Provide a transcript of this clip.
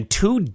two